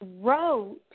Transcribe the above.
wrote